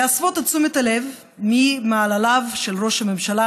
להסיט את תשומת הלב ממעלליו של ראש הממשלה